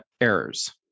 errors